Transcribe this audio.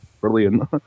brilliant